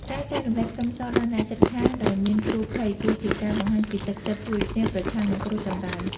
ការចែករំលែកខ្ទឹមសដល់អ្នកជិតខាងដែលមានគ្រោះភ័យគឺជាការបង្ហាញពីទឹកចិត្តជួយគ្នាប្រឆាំងនឹងគ្រោះចង្រៃ។